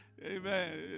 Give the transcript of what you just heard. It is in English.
Amen